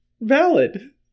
valid